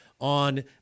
on